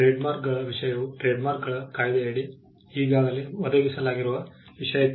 ಟ್ರೇಡ್ಮಾರ್ಕ್ಗಳ ವಿಷಯವು ಟ್ರೇಡ್ಮಾರ್ಕ್ಗಳ ಕಾಯ್ದೆಯಡಿ ಈಗಾಗಲೇ ಒದಗಿಸಲಾಗಿರುವ ವಿಷಯಕ್ಕೆ